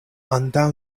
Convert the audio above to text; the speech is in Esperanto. antaŭ